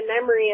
memory